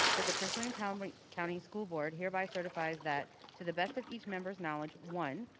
that the prince william county county school board hereby certifies that, to the best of each member's knowledge, one,